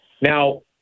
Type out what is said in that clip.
Now